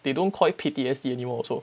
they don't quite P_T_S_D anymore also